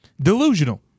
delusional